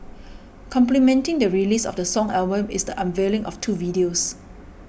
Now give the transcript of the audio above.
complementing the release of the song album is the unveiling of two videos